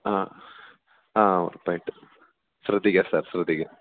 ആ ആ ഉറപ്പായിട്ടും ശ്രദ്ധിക്കാം സാർ ശ്രദ്ധിക്കാം